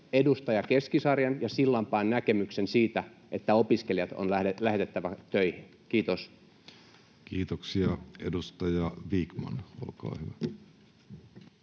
edustaja Keskisarjan ja Sillanpään näkemyksen siitä, että opiskelijat on lähetettävä töihin? — Kiitos. Kiitoksia. — Edustaja Vikman, olkaa hyvä.